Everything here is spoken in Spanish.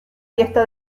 fiesta